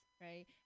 right